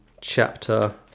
chapter